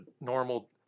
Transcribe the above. normal